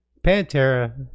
Pantera